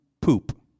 poop